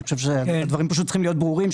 אני חושב שהדברים פשוט צריכים להיות ברורים.